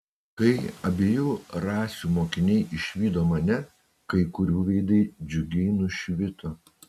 kai abiejų rasių mokiniai išvydo mane kai kurių veidai džiugiai nušvito